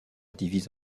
divisent